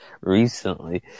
recently